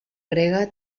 grega